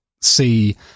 see